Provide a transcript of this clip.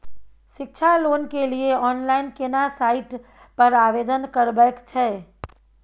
शिक्षा लोन के लिए ऑनलाइन केना साइट पर आवेदन करबैक छै?